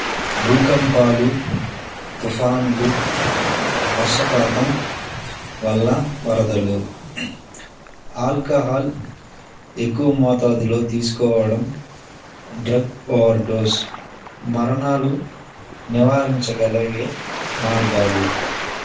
భూకంపాలు తుఫానులు వర్షపాతం వల్ల వరదలు ఆల్కహాల్ ఎక్కువ మోతాదులో తీసుకోవడం డ్రగ్ ఓవర్డోస్ మరణాలు నివారించగలిగే మార్గాలు